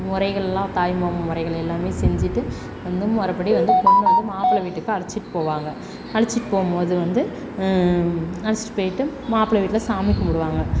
முறைகள்லாம் தாய்மாமா முறைகள் எல்லாமே செஞ்சுட்டு வந்து மொறைப்படி வந்து பொண்ணை வந்து மாப்பிள்ளை வீட்டுக்கு அழைச்சிட்டு போவாங்க அழைச்சிட்டுப் போகும்மோது வந்து அழைச்சிட்டு போய்ட்டு மாப்பிள்ளை வீட்டில் சாமி கும்பிடுவாங்க